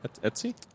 Etsy